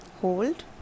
hold